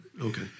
Okay